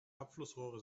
abflussrohre